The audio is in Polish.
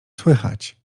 słychać